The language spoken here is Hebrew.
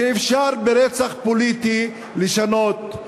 שאפשר ברצח פוליטי לשנות,